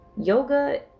yoga